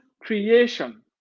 creation